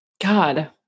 God